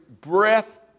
breath